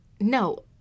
No